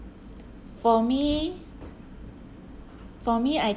for me for me I